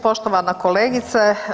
Poštovana kolegice.